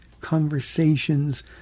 conversations